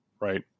right